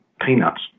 peanuts